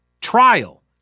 trial